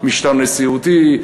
משטר נשיאותי?